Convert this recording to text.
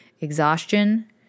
Exhaustion